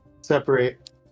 Separate